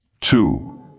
two